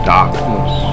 Darkness